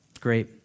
great